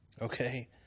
Okay